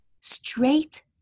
straight